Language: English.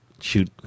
shoot-